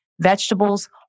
vegetables